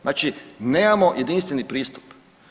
Znači nemamo jedinstveni pristup.